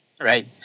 Right